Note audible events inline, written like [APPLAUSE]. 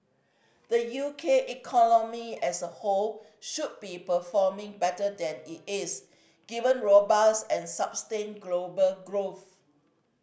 the U K economy as a whole should be performing better than it is given robust and [UNINTELLIGIBLE] global growth